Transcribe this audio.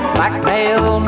Blackmail